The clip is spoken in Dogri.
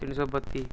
तिन्न सौ बत्ती